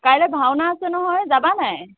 কাইলৈ ভাওনা আছে নহয় যাবা নাই